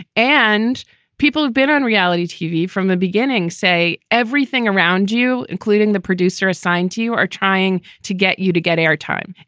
and people have been on reality tv from the beginning. say everything around you, including the producer assigned to you, are trying to get you to get air time.